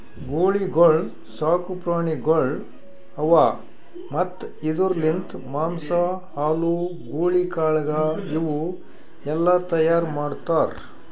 ಗೂಳಿಗೊಳ್ ಸಾಕು ಪ್ರಾಣಿಗೊಳ್ ಅವಾ ಮತ್ತ್ ಇದುರ್ ಲಿಂತ್ ಮಾಂಸ, ಹಾಲು, ಗೂಳಿ ಕಾಳಗ ಇವು ಎಲ್ಲಾ ತೈಯಾರ್ ಮಾಡ್ತಾರ್